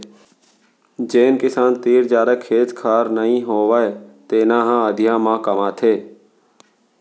जेन किसान तीर जादा खेत खार नइ होवय तेने ह अधिया म कमाथे